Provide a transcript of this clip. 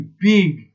big